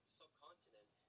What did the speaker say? subcontinent